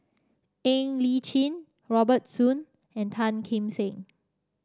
Ng Li Chin Robert Soon and Tan Kim Seng